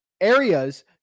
areas